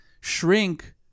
shrink